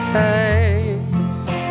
face